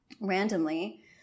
randomly